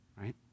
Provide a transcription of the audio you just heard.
right